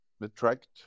attract